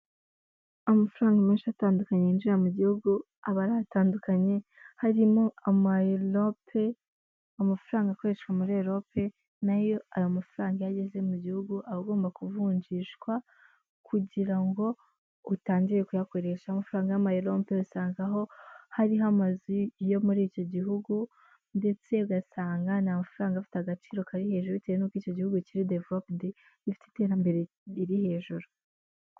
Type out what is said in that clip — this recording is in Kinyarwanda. Amafaranga menshi atandukanye yinjira mu gihugu abaratandukanye harimo Ama erope amafaranga akoreshwa muri Ama erope nayo aya mafaranga yageze mu gihugu agomba kuvunjishwa kugira ngo utangire kuyakoresha. Amafaranga y'amayerope basanga aho hari ha amazi yo muri icyo gihugu ndetse ugasanga nta mafaranga afite agaciro kari hejuru bitewe n'uko icyo gihugu kiri deveropudi bifite iterambere riri hejuru.